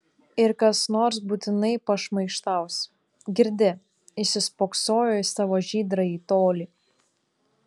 ir kas nors būtinai pašmaikštaus girdi įsispoksojo į savo žydrąjį tolį